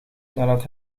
nadat